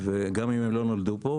גם אם לא נולדו פה.